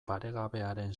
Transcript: paregabearen